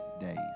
days